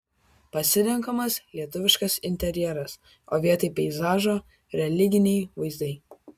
pasirenkamas lietuviškas interjeras o vietoj peizažo religiniai vaizdai